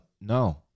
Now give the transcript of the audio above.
no